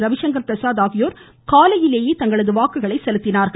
ரவிசங்கர் பிரசாத் ஆகியோர் காலையிலேயே தங்களது வாக்குகளை செலுத்தினார்கள்